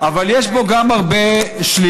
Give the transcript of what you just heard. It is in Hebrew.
אבל יש בו גם הרבה שלילה.